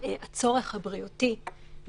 הצטיידנו ב-500 טלפונים,